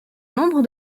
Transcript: nombre